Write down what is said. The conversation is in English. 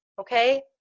okay